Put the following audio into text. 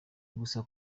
gusa